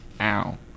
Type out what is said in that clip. Ow